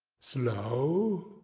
slow!